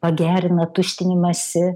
pagerina tuštinimąsi